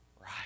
right